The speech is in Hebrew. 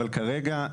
אבל כרגע,